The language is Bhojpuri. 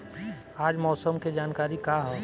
आज मौसम के जानकारी का ह?